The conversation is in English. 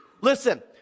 Listen